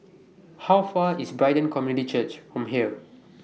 How Far away IS Brighton Community Church from here